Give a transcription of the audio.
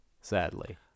sadly